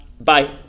Bye